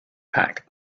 pack